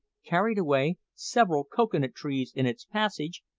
carried away several cocoa-nut trees in its passage,